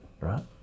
right